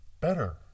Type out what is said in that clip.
better